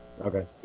Okay